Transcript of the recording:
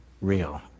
real